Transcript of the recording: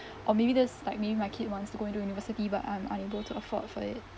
or maybe there's like maybe my kid wants to go into university but I'm unable to afford for it